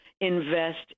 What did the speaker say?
invest